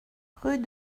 rue